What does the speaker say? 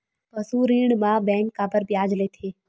पशु ऋण म बैंक काबर ब्याज लेथे?